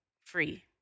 free